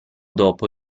dopo